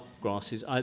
grasses